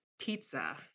pizza